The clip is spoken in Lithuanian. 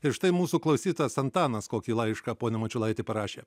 ir štai mūsų klausytojas antanas kokį laišką pone mačiulaiti parašė